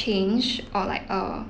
change or like err